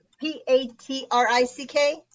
P-A-T-R-I-C-K